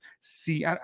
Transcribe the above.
see